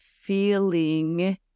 feeling